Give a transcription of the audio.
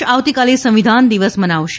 દેશ આવતીકાલે સંવિધાન દિવસ મનાવશે